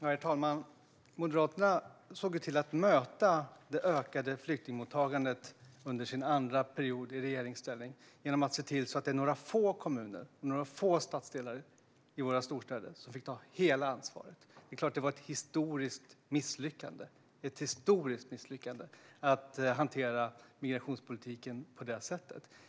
Herr talman! Moderaterna såg ju till att möta det ökade flyktingmottagandet under sin andra period i regeringsställning genom att se till att det var några få kommuner, några få stadsdelar i våra storstäder, som fick ta hela ansvaret. Det är klart att det var ett historiskt misslyckande att hantera migrationspolitiken på det sättet.